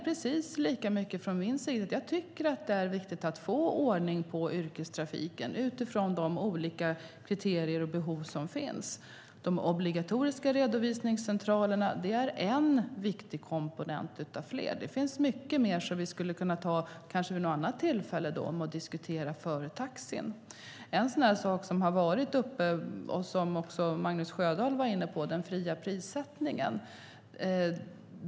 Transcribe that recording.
Jag tycker att det är viktigt att få ordning på yrkestrafiken utifrån de olika kriterier och behov som finns. De obligatoriska redovisningscentralerna är en viktig komponent av flera. Det finns mycket mer som vi skulle kunna diskutera vad gäller taxi vid något annat tillfälle. En sak som varit uppe och som också Magnus Sjödahl var inne på är den fria prissättningen.